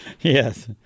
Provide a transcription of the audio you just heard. Yes